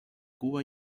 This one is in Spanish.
cuba